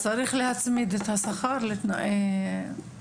צריך להצמיד את השכר לתנאי שכר המורים.